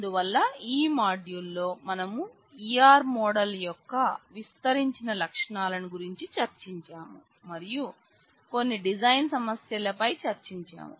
అందువల్ల ఈ మాడ్యూల్ లో మనం E R మోడల్ యొక్క విస్తరించిన లక్షణాలను గురించి చర్చించాం మరియు కొన్ని డిజైన్ సమస్యలపై చర్చించాం